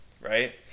right